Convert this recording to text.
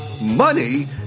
money